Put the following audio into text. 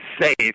safe